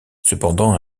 cependant